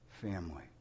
family